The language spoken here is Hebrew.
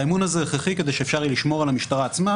האמון הזה הכרחי כדי שאפשר יהיה לשמור על המשטרה עצמה.